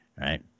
right